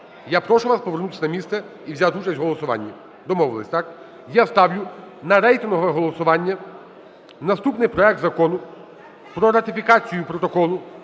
я прошу вас повернутися на місце і взяти участь у голосуванні. Домовилися, так? Я ставлю на рейтингове голосування наступний проект Закону про ратифікацію Протоколу